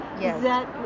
Yes